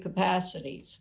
capacities